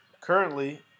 currently